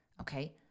Okay